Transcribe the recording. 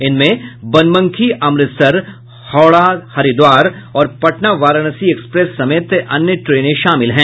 इनमें बनमनखी अमृतसर हावड़ा हरिद्वार पटना वाराणसी एक्सप्रेस समेत अन्य ट्रेनें शामिल हैं